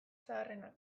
zaharrenak